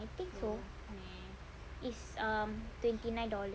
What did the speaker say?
I think so is um twenty nine dollars